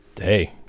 Hey